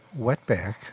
wetback